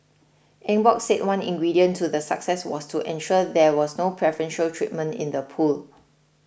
Eng Bock said one ingredient to the success was to ensure there was no preferential treatment in the pool